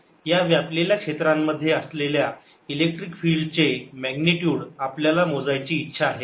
या व्यापलेल्या क्षेत्रांमध्ये असलेल्या इलेक्ट्रिक फील्ड चे मॅग्निट्युड आपल्याला मोजायची इच्छा आहे